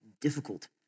difficult